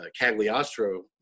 Cagliostro